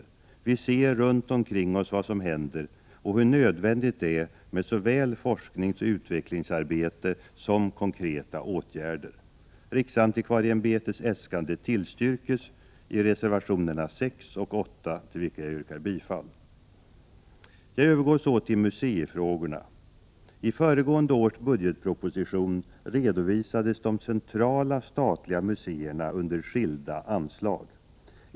91 Vi ser runt omkring oss vad som händer och hur nödvändigt det är med såväl forskningsoch utvecklingsarbete som konkreta åtgärder. RAÄ:s äskande tillstyrks i reservationerna 6 och 8, till vilka jag yrkar bifall. Jag övergår så till museifrågorna. I föregående års budgetproposition redovisades de centrala statliga museerna under skilda anslag.